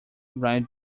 ride